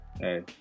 hey